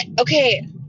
okay